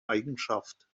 eigenschaften